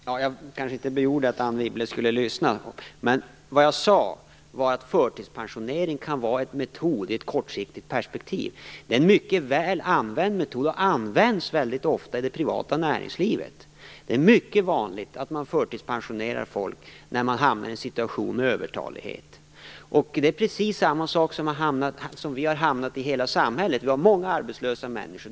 Fru talman! Jag kanske inte tydliggjorde att Anne Wibble skulle lyssna, men vad jag sade var att förtidspensionering kan vara en metod i ett kortsiktigt perspektiv. Det är en mycket väl använd metod som väldigt ofta används i det privata näringslivet. Det är mycket vanligt att man förtidspensionerar folk när man hamnar i en situation med övertalighet. Det är precis samma situation som vi har hamnat i med hela samhället. Vi har många arbetslösa människor.